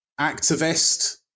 activist